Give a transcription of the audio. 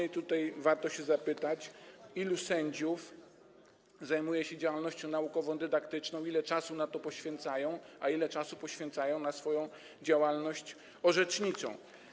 I tutaj warto zapytać, ilu sędziów zajmuje się działalnością naukowo-dydaktyczną, ile czasu na to poświęcają, a ile czasu poświęcają na swoją działalność orzeczniczą.